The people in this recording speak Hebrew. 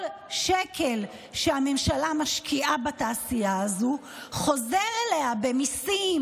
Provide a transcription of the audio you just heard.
כל שקל שהממשלה משקיעה בתעשייה הזו חוזר אליה במיסים